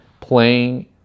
playing